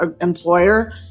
employer